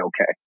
okay